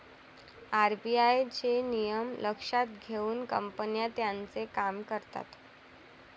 RBI चे नियम लक्षात घेऊन कंपन्या त्यांचे काम करतात